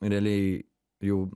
realiai jau